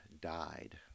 died